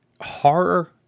Horror